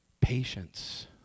Patience